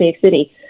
city